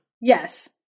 Yes